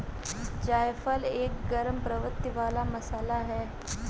जायफल एक गरम प्रवृत्ति वाला मसाला है